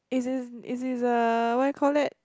is is is is a what you call that